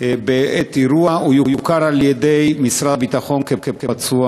כבוד היושב-ראש, כבוד השר,